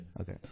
Okay